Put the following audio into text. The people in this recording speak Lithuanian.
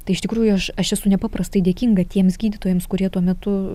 tai iš tikrųjų aš aš esu nepaprastai dėkinga tiems gydytojams kurie tuo metu